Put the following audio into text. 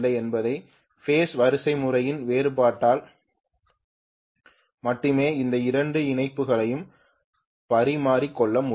எனவே பேஸ் வரிசைமுறைகள் வேறுபட்டால் மட்டுமே இந்த இரண்டு இணைப்புகளையும் பரிமாறிக் கொள்ள முடியும்